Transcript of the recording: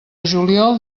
juliol